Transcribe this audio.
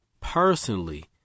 personally